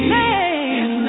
name